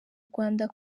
rwanda